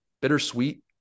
bittersweet